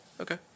Okay